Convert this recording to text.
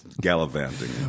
gallivanting